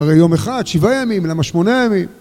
הרי יום אחד, שבעים ימים, למה שמונה ימים?